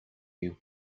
you